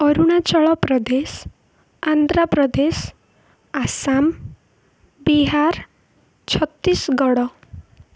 Arunachal Pradesh Andhra Pradesh Assam Bihar Chhattisgarh